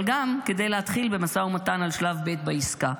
אבל גם כדי להתחיל במשא ומתן על שלב ב' בעסקה.